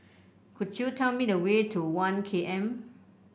could you tell me the way to One K M